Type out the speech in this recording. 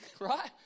right